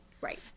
right